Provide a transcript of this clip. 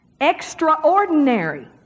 extraordinary